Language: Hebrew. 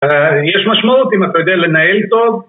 יש משמעות אם אתה יודע לנהל טוב